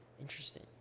interesting